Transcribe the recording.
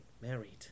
Married